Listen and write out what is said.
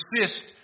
persist